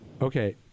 Okay